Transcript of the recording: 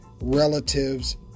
relatives